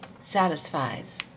Satisfies